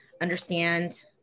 understand